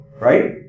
Right